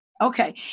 Okay